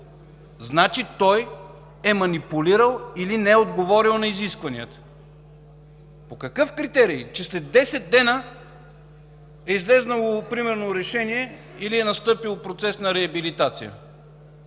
Значи той е манипулирал или не е отговорил на изискванията. По какъв критерий? Че след десет дни е излязло примерно решение или е настъпил процес на реабилитация.